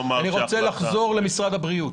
אני רוצה לחזור למשרד הבריאות.